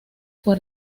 fue